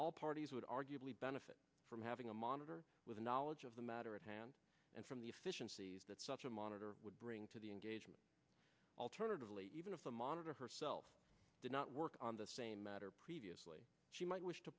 all parties would arguably benefit from having a monitor with knowledge of the matter at hand and from the efficiencies that such a monitor would bring to the engagement alternatively even if the monitor herself did not work on the same matter previously she might wish to